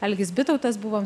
algis bitautas buvo